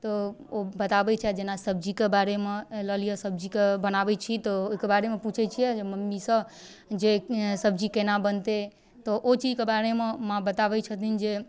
तऽ ओ बताबै छथि जेना सब्जीके बारेमे लऽ लिअऽ सब्जीके बनाबै छी तऽ ओहिके बारेमे पुछै छिए मम्मीसँ जे सब्जी कोना बनतै तऽ ओ चीजके बारेमे माँ बताबै छथिन जे